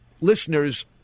listeners